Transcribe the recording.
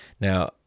Now